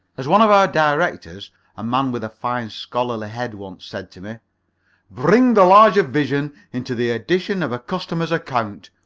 as one of our directors a man with a fine, scholarly head once said to me bring the larger vision into the addition of a customer's account.